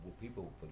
people